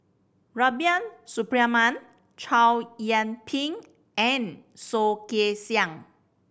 Rubiah Suparman Chow Yian Ping and Soh Kay Siang